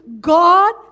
God